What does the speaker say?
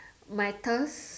my task